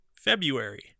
February